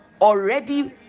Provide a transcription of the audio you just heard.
already